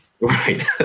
Right